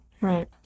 Right